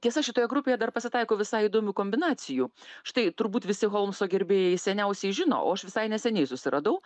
tiesa šitoje grupėje dar pasitaiko visai įdomių kombinacijų štai turbūt visi holmso gerbėjai seniausiai žino o aš visai neseniai susiradau